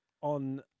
on